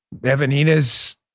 Evanina's